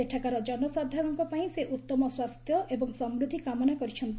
ସେଠାକାର ଜନସାଧାରଣଙ୍କପାଇଁ ସେ ଉତ୍ତମ ସ୍ୱାସ୍ଥ୍ୟ ଏବଂ ସମୃଦ୍ଧି କାମନା କରିଛନ୍ତି